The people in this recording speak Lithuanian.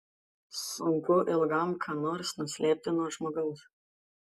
sunku ilgam ką nors nuslėpti nuo žmogaus